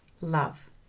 love